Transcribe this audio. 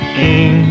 king